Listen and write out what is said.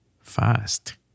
fast